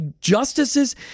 justices